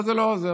אבל זה לא עוזר.